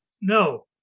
No